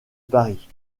paris